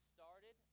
started